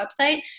website